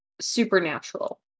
supernatural